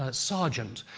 ah sargent,